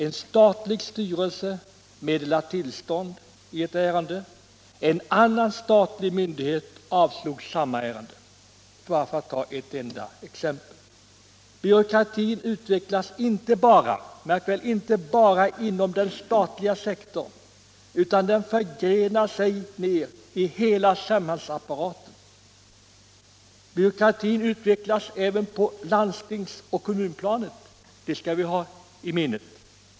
En statlig styrelse meddelade tillstånd i ett ärende, en annan statlig myndighet avslog samma ärende — bara för att ta ett enda exempel. Märk väl att byråkratin inte bara utvecklas inom den statliga sektorn utan den förgrenar sig ner i hela samhällsapparaten. Byråkratin utvecklas även på dandstings och kommunplanet. Det skall vi hålla i minnet.